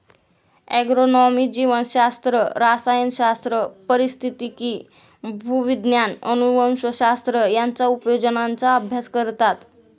agronomy जीवशास्त्र, रसायनशास्त्र, पारिस्थितिकी, भूविज्ञान, अनुवंशशास्त्र यांच्या उपयोजनांचा अभ्यास करतात